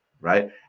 right